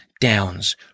downs